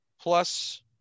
Plus